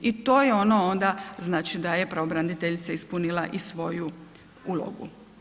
I to je ono onda znači da je pravobraniteljica ispunila i svoju ulogu.